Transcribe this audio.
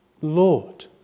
Lord